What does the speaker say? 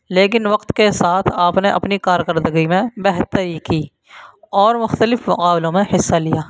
لیکن وقت کے ساتھ آپ نے اپنی کارکردگی میں بہتری کی اور مختلف مقابلوں میں حصہ لیا